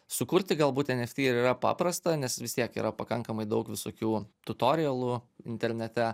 sukurti galbūt eft ir yra paprasta nes vis tiek yra pakankamai daug visokių tutorealų internete